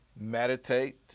meditate